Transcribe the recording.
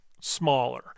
smaller